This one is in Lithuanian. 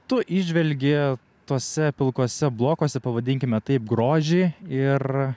tu įžvelgi tose pilkose blokuose pavadinkime taip grožį ir